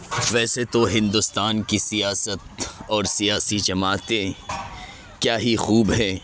ویسے تو ہندوستان کی سیاست اور سیاسی جماعتیں کیا ہی خوب ہیں